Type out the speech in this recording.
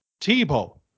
Tebow